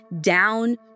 down